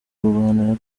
kurwana